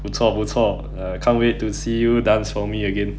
不错不错 can't wait to see you dance for me again